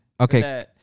Okay